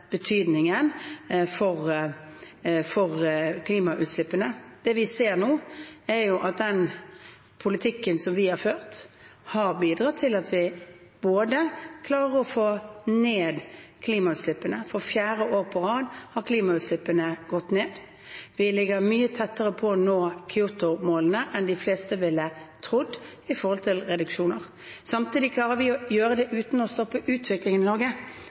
betydningen for klimautslippene. Det vi ser nå, er at den politikken som vi har ført, har bidratt til at vi klarer å få ned klimautslippene. For fjerde år på rad har klimautslippene gått ned. Og vi ligger mye tettere på å nå Kyoto-målene enn de fleste ville trodd når det gjelder reduksjoner. Samtidig klarer vi å gjøre det uten å stoppe utviklingen i Norge,